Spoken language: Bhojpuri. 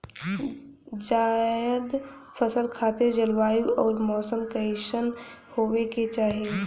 जायद फसल खातिर जलवायु अउर मौसम कइसन होवे के चाही?